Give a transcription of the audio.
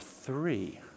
three